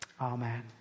Amen